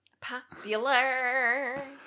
Popular